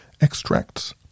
extracts